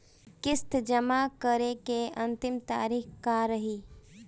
किस्त जमा करे के अंतिम तारीख का रही?